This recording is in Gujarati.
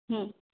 હં